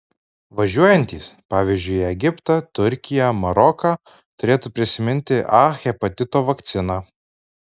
važiuojantys pavyzdžiui į egiptą turkiją maroką turėtų prisiminti a hepatito vakciną